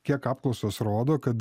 kiek apklausos rodo kad